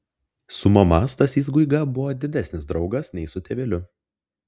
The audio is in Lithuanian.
su mama stasys guiga buvo didesnis draugas nei su tėveliu